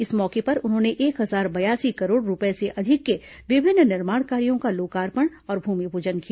इस मौके पर उन्होंने एक हजार बयासी करोड़ रूपये से अधिक के विभिन्न निर्माण कार्यों का लोकार्पण और भूमिपूजन किया